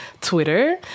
Twitter